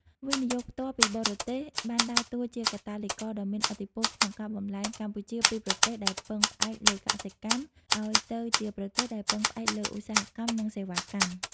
វិនិយោគផ្ទាល់ពីបរទេស បានដើរតួជាកាតាលីករដ៏មានឥទ្ធិពលក្នុងការបំប្លែងកម្ពុជាពីប្រទេសដែលពឹងផ្អែកលើកសិកម្ម ឱ្យទៅជាប្រទេសដែលពឹងផ្អែកលើឧស្សាហកម្ម និងសេវាកម្ម។